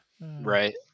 Right